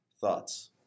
thoughts